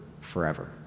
forever